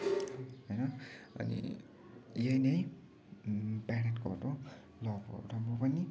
होइन अनि यही नै प्यारेन्टकड हो लभ हो र म पनि